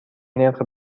نرخ